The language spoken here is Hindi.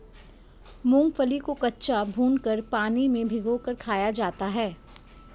मूंगफली को कच्चा, भूनकर, पानी में भिगोकर खाया जाता है